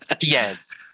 Yes